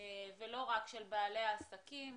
ולא רק של בעלי העסקים,